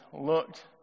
looked